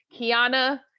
Kiana